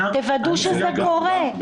תוודאו שזה קורה.